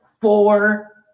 Four